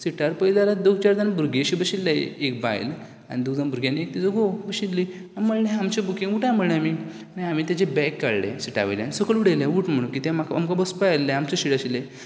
सिटार पय जाल्यार दोग चार जाण भुरगे अशे बशिल्ले एक बायल आनी दोग जाण भुरगें आनी तिचो घोव बशिल्लीं आमी म्हणलें आमचें बुकींक उटा म्हणलें आमी मागीर हांवे तेंचें बॅग काडलें सिटावयलें आनी सकयल उडयलें उट म्हणून कित्या आमकां बसपाक जाय आशिल्लें आमचें सीट आशिल्लें सो